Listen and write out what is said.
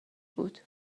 بود